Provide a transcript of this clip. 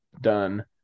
done